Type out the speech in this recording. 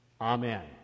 Amen